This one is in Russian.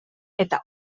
это